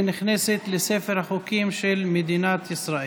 ונכנסת לספר החוקים של מדינת ישראל.